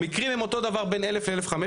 המקרים הם אותו דבר בין 1,000-1,500,